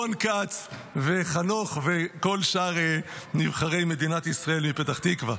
רון כץ וחנוך וכל שאר נבחרי מדינת ישראל מפתח תקווה.